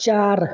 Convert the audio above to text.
चार